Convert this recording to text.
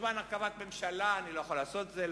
בזמן הרכבת ממשלה אני לא יכול לעשות את זה,